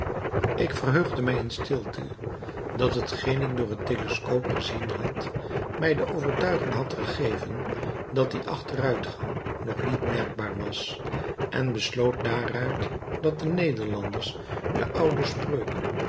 ik verheugde mij in stilte dat hetgeen ik door het teleskoop gezien had mij de overtuiging had gegeven dat die achteruitgang nog niet merkbaar was en besloot daaruit dat de nederlanders de oude spreuk